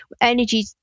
energy